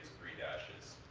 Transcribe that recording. three dashes.